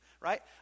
right